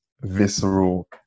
visceral